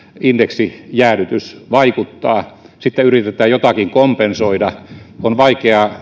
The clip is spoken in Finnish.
indeksijäädytys vaikuttaa sitten yritetään jotakin kompensoida on vaikeaa